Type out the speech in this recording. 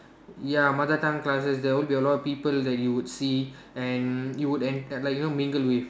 ya mother tongue classes there would be a lot of people that you would see and you would and you like know like mingle with